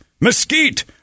mesquite